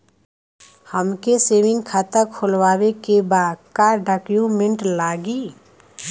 हमके सेविंग खाता खोलवावे के बा का डॉक्यूमेंट लागी?